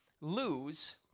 lose